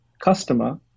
customer